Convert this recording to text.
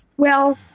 well,